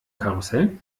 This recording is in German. karussell